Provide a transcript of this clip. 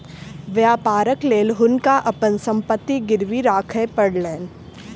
व्यापारक लेल हुनका अपन संपत्ति गिरवी राखअ पड़लैन